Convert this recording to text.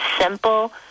simple